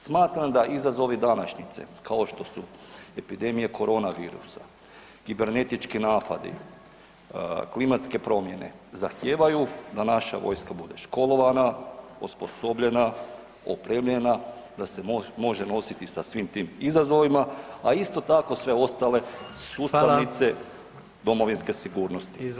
Smatram da izazovi današnjice, kao što su epidemije koronavirusa, kibernetički napadi, klimatske promjene zahtijevaju da naša vojska bude školovana, osposobljena, opremljena, da se može nositi sa svim tim izazovima, a isto tako, sve ostale sustavnice [[Upadica: Hvala.]] domovinske sigurnosti.